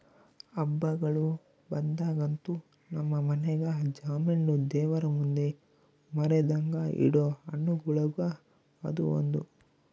ಹಬ್ಬಗಳು ಬಂದಾಗಂತೂ ನಮ್ಮ ಮನೆಗ ಜಾಂಬೆಣ್ಣು ದೇವರಮುಂದೆ ಮರೆದಂಗ ಇಡೊ ಹಣ್ಣುಗಳುಗ ಅದು ಒಂದು